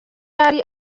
yari